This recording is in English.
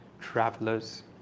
travelers